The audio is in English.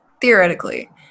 theoretically